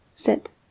sit